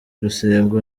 rusengo